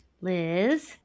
Liz